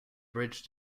bridge